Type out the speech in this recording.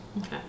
Okay